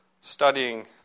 studying